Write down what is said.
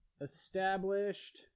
established